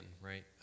right